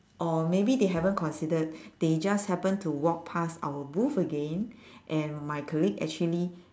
or maybe they haven't considered they just happen to walk past our booth again and my colleague actually